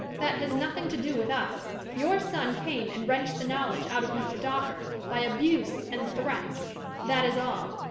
that has nothing to do with us. your son came and wrenched the knowledge out of mr. dawker by abuse and threats that is all.